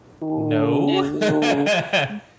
no